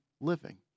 living